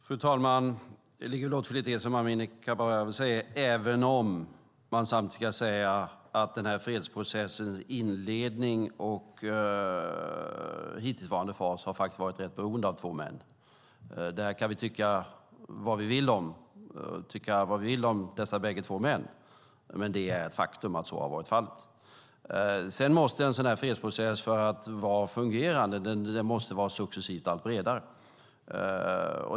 Fru talman! Det ligger åtskilligt i det som Amineh Kakabaveh säger även om man samtidigt ska säga att den här fredsprocessens inledning och hittillsvarande fas faktiskt har varit rätt beroende av två män. Det kan vi tycka vad vi vill om. Vi kan tycka vad vi vill om dessa bägge män, men det är ett faktum att så har varit fallet. Sedan måste en sådan här fredsprocess, för att vara fungerande, successivt vara allt bredare.